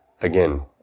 again